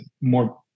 more